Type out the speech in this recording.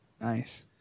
nice